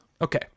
Okay